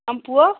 ତୁମ ପୁଅ